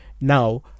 Now